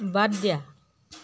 বাদ দিয়া